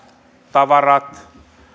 tavarat